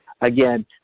Again